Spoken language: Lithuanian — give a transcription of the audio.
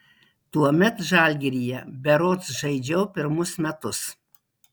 tuomet žalgiryje berods žaidžiau pirmus metus